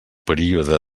període